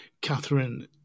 Catherine